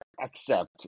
accept